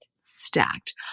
Stacked